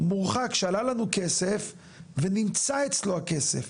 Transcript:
מורחק שעלה לנו כסף ונמצא אצלו הכסף,